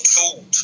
told